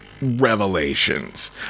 revelations